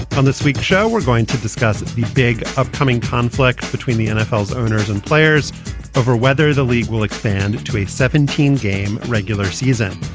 on this week's show, we're going to discuss the big upcoming conflict between the nfl owners and players over whether the league will expand to a seventeen game regular season.